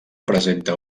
presenta